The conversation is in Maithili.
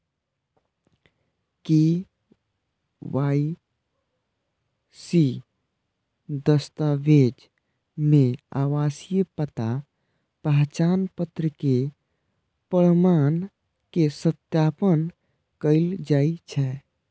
के.वाई.सी दस्तावेज मे आवासीय पता, पहचान पत्र के प्रमाण के सत्यापन कैल जाइ छै